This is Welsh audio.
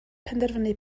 penderfynu